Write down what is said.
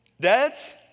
Dads